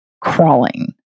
crawling